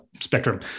spectrum